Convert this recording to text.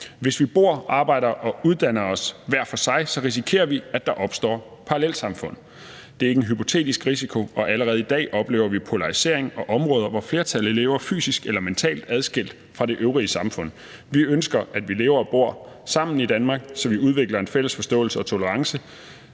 Hvis vi bor, arbejder og uddanner os hver for sig, risikerer vi, at der opstår parallelsamfund. Det er ikke en hypotetisk risiko, og allerede i dag oplever vi polarisering og områder, hvor flertallet lever fysisk eller mentalt adskilt fra de øvrige samfund. Vi ønsker, at vi lever og bor sammen i Danmark, så vi udvikler en fælles forståelse og tolerance.